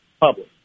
public